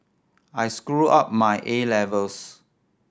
I screwed up my A levels